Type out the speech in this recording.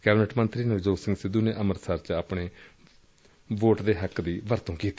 cabinet ਮੰਤਰੀ ਨਵਜੋਤ ਸਿੰਘ ਸਿੱਧੁ ਨੇ ਅੰਮੁਤਸਰ ਚ ਆਪਣੇ ਵੋਟ ਦੇ ਹੱਕ ਦੀ ਵਰਤੋ ਕੀਡੀ